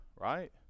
right